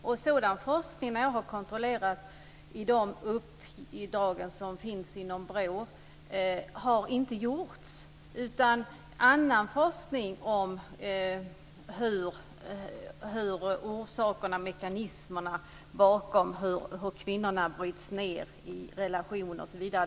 Någon sådan forskning har inte bedrivits av BRÅ, utan man har bedrivit annan forskning om vilka mekanismer som gör att kvinnorna bryts ned i relationer osv.